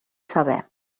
saber